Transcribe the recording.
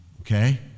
Okay